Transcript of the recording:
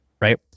right